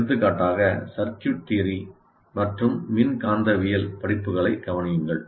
எடுத்துக்காட்டாக circuit theory மற்றும் மின்காந்தவியல் படிப்புகளைக் கவனியுங்கள்